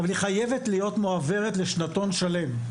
אבל היא חייבת להיות מועברת לשנתון שלם,